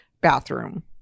bathroom